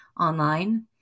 online